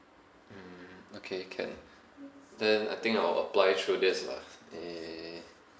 mm okay can then I think I will apply through this lah eh